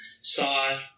saw